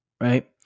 right